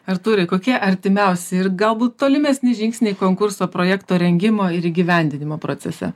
artūrai kokie artimiausi ir galbūt tolimesni žingsniai konkurso projekto rengimo ir įgyvendinimo procese